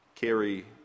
carry